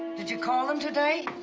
did you call him today? ah,